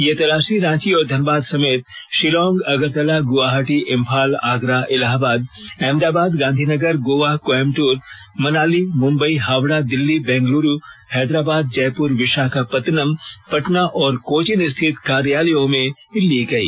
ये तलाशी रांची और धनबाद समेत शिलांग अगरतला गुवाहाटी इम्फाल आगरा इलाहाबाद अहमदाबाद गांधीनगर गोवा कोयम्बट्र मनाली मुंबई हावड़ा दिल्ली बेंगलूरू हैदराबाद जयपुर विशाखापत्तनम पटना और कोचीन स्थित कार्यालयों में ली गई